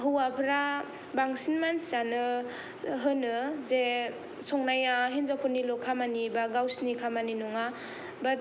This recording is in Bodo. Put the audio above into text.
हौवाफ्रा बांसिन मानसिआनो होनो जे संनाया हिनजावफोरनिल' खामानि बा गावसिनि खामानि नङा बाट